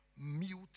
mute